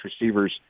receivers